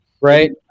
right